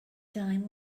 time